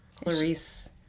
clarice